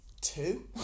Two